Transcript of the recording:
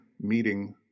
meeting